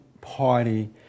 Party